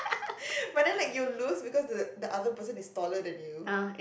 but then like you lose because the the other person is taller than you